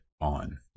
on